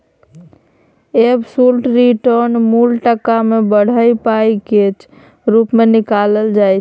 absolute return मुल टका सँ बढ़ल पाइ केर रुप मे निकालल जाइ छै